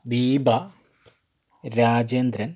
Deepa Rajendran